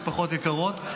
משפחות יקרות,